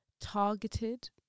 targeted